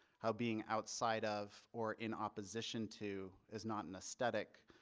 how being outside of or in opposition to is not an aesthetic,